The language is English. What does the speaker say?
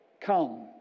come